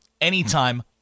Anytime